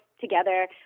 together